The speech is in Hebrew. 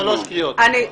שלוש קריאות.